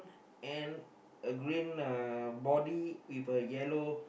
and a green uh body with a yellow